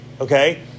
okay